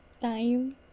Time